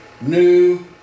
new